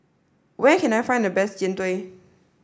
where can I find the best Jian Dui